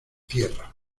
tierra